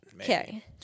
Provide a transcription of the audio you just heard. Okay